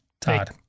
Todd